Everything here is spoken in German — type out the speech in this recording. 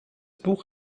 buch